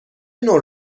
نوع